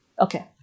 Okay